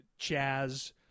Chaz